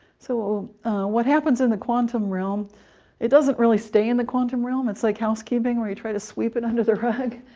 so what happens in the quantum realm it doesn't really stay in the quantum realm. it's like housekeeping, where you try to sweep dirt and under the rug,